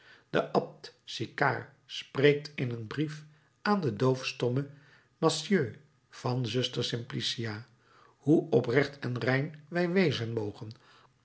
de abt sicard spreekt in een brief aan den doofstommen massieu van zuster simplicia hoe oprecht en rein wij wezen mogen